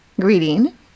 greeting